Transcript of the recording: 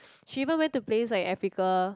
she even went to place like Africa